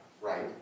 right